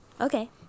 Okay